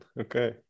Okay